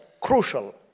Crucial